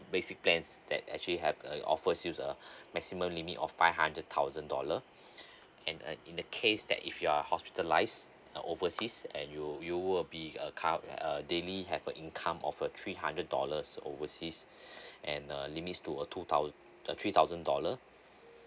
basic plans that actually have a offers you uh maximum limit of five hundred thousand dollar and uh in the case that if you're hospitalised uh overseas and you you will be a come uh daily have a income of a three hundred dollars overseas and uh limits to uh two thou~ uh three thousand dollar